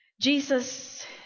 Jesus